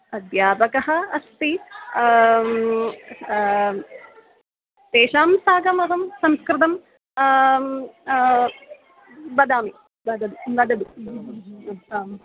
अध्यापकः अस्ति तेषां साकमहं संस्कृतं वदामि वद वदति आम्